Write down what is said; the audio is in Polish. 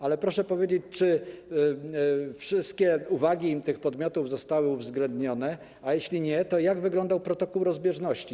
Ale proszę powiedzieć: Czy wszystkie uwagi tych podmiotów zostały uwzględnione, a jeśli nie, to jak wyglądał protokół rozbieżności?